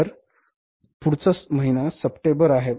तर पुढचा महिना सप्टेंबर आहे